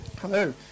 Hello